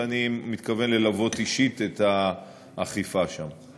ואני מקווה ללוות אישית את האכיפה שם.